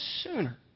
sooner